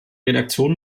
redaktion